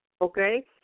okay